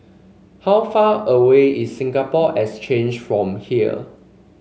how far away is Singapore Exchange from here